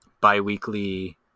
biweekly